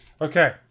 Okay